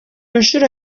nshuro